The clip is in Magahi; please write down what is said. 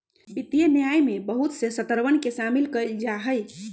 वित्तीय न्याय में बहुत से शर्तवन के शामिल कइल जाहई